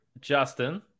Justin